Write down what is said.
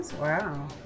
Wow